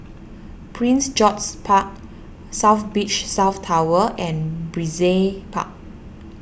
Prince George's Park South Beach South Tower and Brizay Park